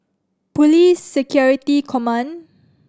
Police Security Command